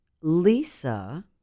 Lisa